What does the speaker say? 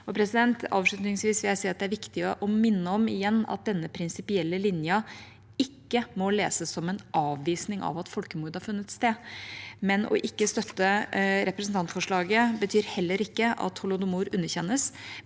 folkeretten. Avslutningsvis vil jeg si at det er viktig å minne om at denne prinsipielle linja ikke må leses som en avvisning av at folkemord har funnet sted. Ikke å støtte representantforslaget betyr heller ikke at holodomor underkjennes,